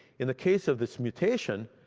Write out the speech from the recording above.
in the case of this mutation,